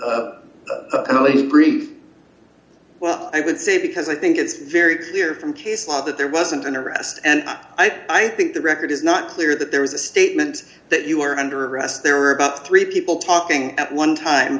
grief well i would say because i think it's very clear from case law that there wasn't an arrest and i think the record is not clear that there was a statement that you are under arrest there are about three people talking at one time